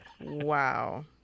Wow